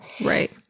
Right